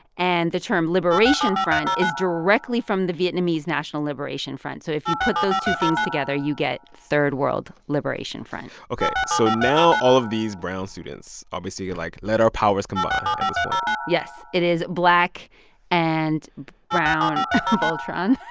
and the term liberation front is directly from the vietnamese national liberation front. so if you put those two things together, you get third world liberation front ok. so now all of these brown students, obviously, are like, let our powers combine, at this point yes. it is black and brown voltron.